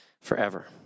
forever